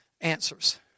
answers